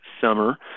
summer